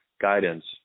guidance